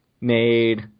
made